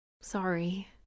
Sorry